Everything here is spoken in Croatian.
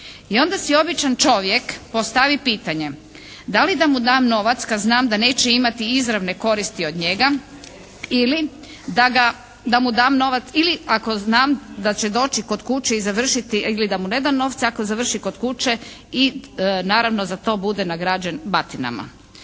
I onda si običan čovjek postavi pitanje da li da mu dam novac kad znam da neće imati izravne koristi od njega, da mu dam novac ili ako znam da će doći kod kuće i završiti ili da mu ne dam novce ako završi kod kuće i naravno za to bude nagrađen batinama.